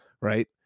right